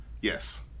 Yes